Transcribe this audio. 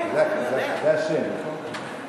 זה השם,